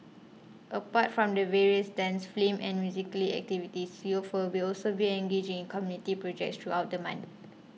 apart from the various dance film and musically activities youths for bill serve engaging in community projects throughout the month